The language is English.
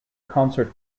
concert